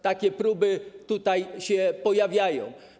Takie próby tutaj się pojawiają.